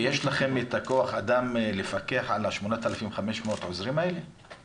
ויש לכם את הכוח אדם לפקח על ה-8,500 עוזרים האלה במינהל?